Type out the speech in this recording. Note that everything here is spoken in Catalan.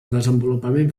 desenvolupament